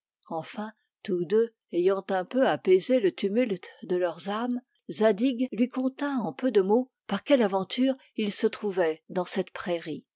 enfin tous deux ayant un peu apaisé le tumulte de leurs âmes zadig lui conta en peu de mots par quelle aventure il se trouvait dans cette prairie